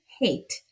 hate